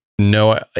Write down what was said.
No